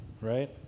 right